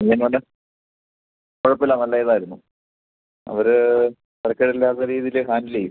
ഇല്ലേന്ന് പറഞ്ഞാൽ കുഴപ്പമില്ല നല്ല ഇതായിരുന്നു അവർ തരക്കേടില്ലാത്ത രീതീൽ ഹാൻഡിൽ ചെയ്യും